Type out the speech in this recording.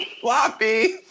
floppy